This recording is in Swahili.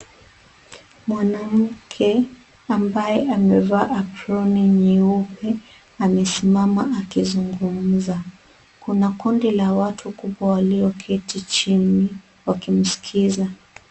Mwanamke ambaye amevaa aproni nyeupe amesimama akizungumza. Kuna kundi la watu kubwa walioketi chini wakimsikiza.